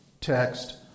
text